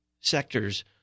sectors